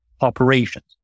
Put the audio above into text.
operations